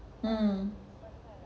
mm